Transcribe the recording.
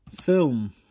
film